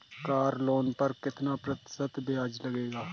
Car loan पर कितना प्रतिशत ब्याज लगेगा?